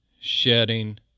shedding